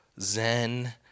zen